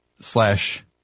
Slash